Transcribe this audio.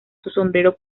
sombrero